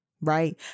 Right